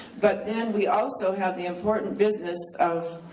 but then we also have the important business of,